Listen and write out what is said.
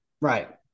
Right